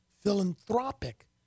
philanthropic